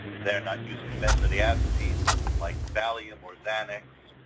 they're not using benzodiazepines like valium or xanax,